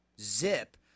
zip